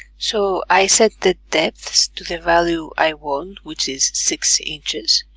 so, i set the depths to the value i want which is six inches